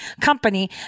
company